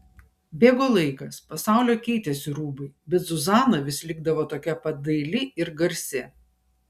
bėgo laikas pasaulio keitėsi rūbai bet zuzana vis likdavo tokia pat daili ir garsi